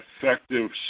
effective